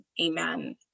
amen